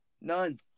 None